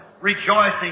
rejoicing